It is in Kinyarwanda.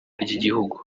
ry’igihugu